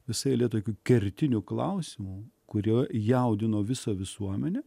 visa eilė tokių kertinių klausimų kurie jaudino visą visuomenę